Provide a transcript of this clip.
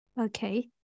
Okay